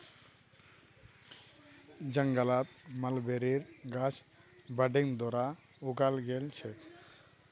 जंगलत मलबेरीर गाछ बडिंग द्वारा उगाल गेल छेक